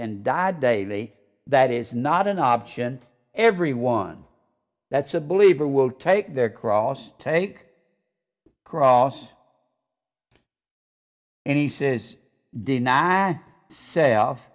and die daily that is not an option everyone that's a believer will take their cross take cross and he says deny self